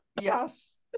Yes